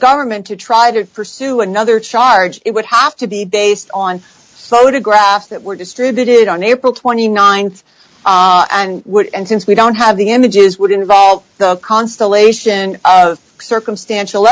government to try to pursue another charge it would have to be based on photographs that were distributed on april th and would and since we don't have the images would involve the constellation of circumstantial